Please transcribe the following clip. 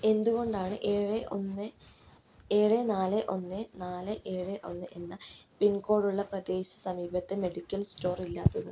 എന്തുകൊണ്ടാണ് ഏഴ് ഒന്ന് ഏഴ് നാല് ഒന്ന് നാല് ഏഴ് ഒന്ന് എന്ന പിൻകോഡുള്ള പ്രദേശ സമീപത്ത് മെഡിക്കൽ സ്റ്റോർ ഇല്ലാത്തത്